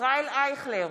ישראל אייכלר,